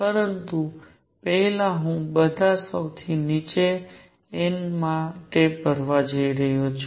પરંતુ પહેલા હું આ બધા સૌથી નીચા n માટે ભરવા જઈ રહ્યો છું